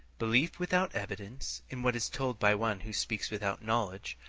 belief without evidence in what is told by one who speaks without knowledge,